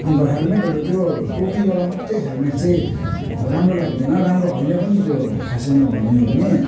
अन्त हेलमेटहरू त्यो टोपीवाला मात्रै हेलमेट चाहिँ राम्रो लाग्दैन राम्रो होइन पनि त्यो खासैमा भन्ने हो भने